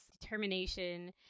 determination